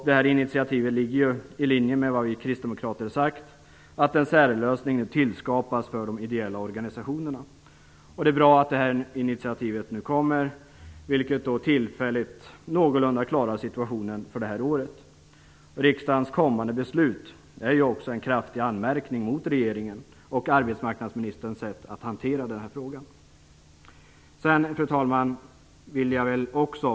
Detta initiativ ligger i linje med vad vi kristdemokrater har sagt om att en särlösning tillskapas för de ideella organisationerna. Det är bra att det här initiativet nu kommer. Tillfälligt gör det att man någorlunda klarar situationen det här året. Riksdagens kommande beslut blir en kraftig anmärkning mot regeringen och arbetsmarknadsministerns sätt att hantera frågan. Fru talman!